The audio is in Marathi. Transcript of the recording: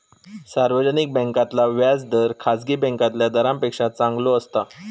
सार्वजनिक बॅन्कांतला व्याज दर खासगी बॅन्कातल्या दरांपेक्षा चांगलो असता